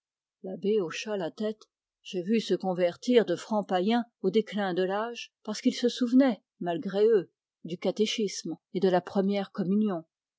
l'abbé hocha la tête j'ai vu se convertir de franc païens au déclin de l'âge parce qu'ils se souvenaient malgré eux du catéchisme et la première communion